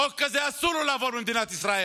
חוק כזה אסור שיעבור במדינת ישראל.